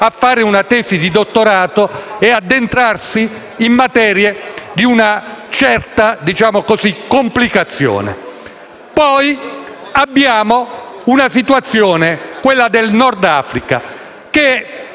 a fare una tesi di dottorato e ad addentrarsi in materie di una certa complessità. Poi abbiamo una situazione, quella del Nord Africa, che